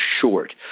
short